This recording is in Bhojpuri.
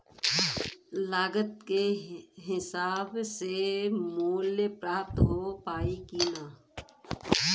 लागत के हिसाब से मूल्य प्राप्त हो पायी की ना?